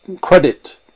credit